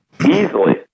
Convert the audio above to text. Easily